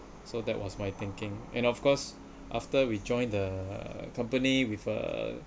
so that was my thinking and of course after we join the company with a